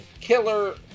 Killer